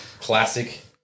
Classic